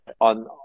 on